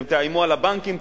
אתם תאיימו על הבנקים,